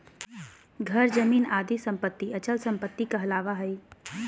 घर, जमीन आदि सम्पत्ति अचल सम्पत्ति कहलावा हइ